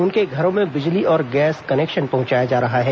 उनके घरों में बिजली और गैस कनेक्शन पहंचाया जा रहा है